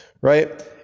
right